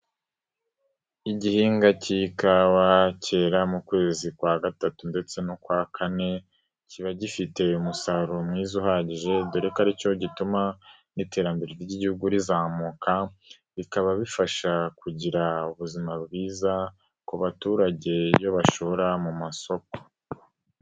Igihingwa cy'ikawa cyera mu kwezi kwa gatatu ndetse n'ukwa kane, kiba gifite umusaruro mwiza uhagije, dore ko aricyo gituma n'iterambere ry'igihugu rizamuka, bikaba bifasha kugira ubuzima bwiza ku baturage iyo bashora mu masoko.